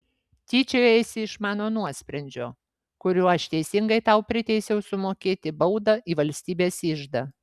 tyčiojaisi iš mano nuosprendžio kuriuo aš teisingai tau priteisiau sumokėti baudą į valstybės iždą